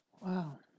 Wow